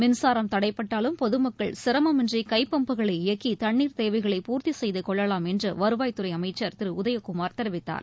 மின்சாரம் தடைபட்டாலும் பொதுமக்கள் சிரமமின்றிகைப்பம்புகளை இயக்கிதண்ணீர் தேவைகளை பூர்த்திசெய்தகொள்ளலாம் என்றுவருவாய் துறைஅமைச்சர் திருஉதயக்குமார் தெரிவித்தார்